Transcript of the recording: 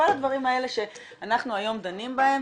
כל הדברים האלה שאנחנו היום דנים בהם,